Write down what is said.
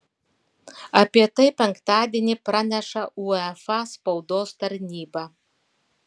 apie tai penktadienį praneša uefa spaudos tarnyba